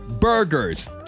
burgers